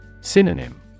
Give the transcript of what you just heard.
Synonym